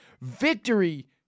Victory